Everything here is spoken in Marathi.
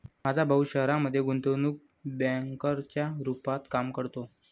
माझा भाऊ शहरामध्ये गुंतवणूक बँकर च्या रूपात काम करतो